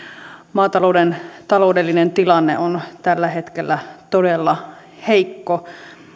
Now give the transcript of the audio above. maatalouden taloudellinen tilanne on tällä hetkellä todella heikko